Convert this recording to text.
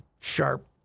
sharp